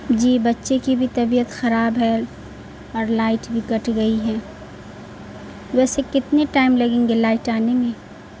جی بچے کی بھی طبیعت خراب ہے اور لائٹ بھی کٹ گئی ہے ویسے کتنے ٹائم لگیں گے لائٹ آنے میں